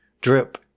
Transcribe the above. drip